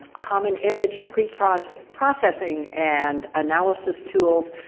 common image preprocessing preprocessing and analysis tools.